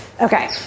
Okay